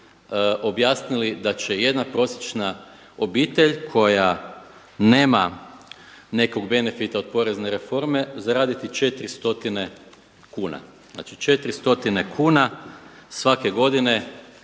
objasnili da će jedna prosječna obitelj koja nema nekog benefita od porezne reforme zaraditi 4 stotine kuna, znači 4 stotine kuna svake godine